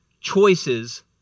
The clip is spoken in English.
choices